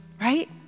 Right